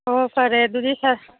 ꯑꯣ ꯐꯔꯦ ꯑꯗꯨꯗꯤ